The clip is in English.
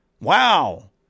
Wow